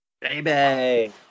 Baby